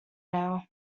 now